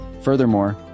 Furthermore